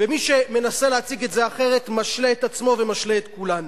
מי שמנסה להציג את זה אחרת משלה את עצמו ומשלה את כולנו.